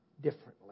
differently